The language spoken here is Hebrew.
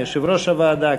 מיושב-ראש הוועדה.